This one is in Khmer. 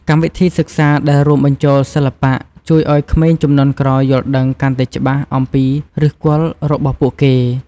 កម្មវិធីសិក្សាដែលរួមបញ្ចូលសិល្បៈ ជួយឱ្យក្មេងជំនាន់ក្រោយយល់ដឹងកាន់តែច្បាស់អំពីឫសគល់របស់ពួកគេ។